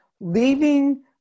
leaving